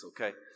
okay